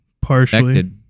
partially